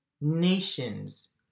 nations